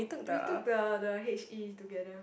we took the the H_E together